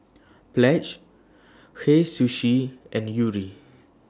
Pledge Hei Sushi and Yuri